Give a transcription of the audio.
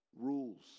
Rules